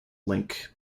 link